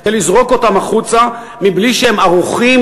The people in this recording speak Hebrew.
זה לזרוק אותם החוצה בלי שהם ערוכים